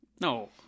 no